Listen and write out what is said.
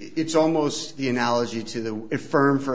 it's almost the analogy to the firm for